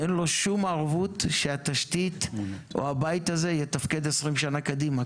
אין לו שום ערבות שהתשתית או הבית הזה יתפקד 20 שנה קדימה.